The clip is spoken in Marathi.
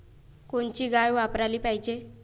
कोनची गाय वापराली पाहिजे?